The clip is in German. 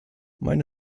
meine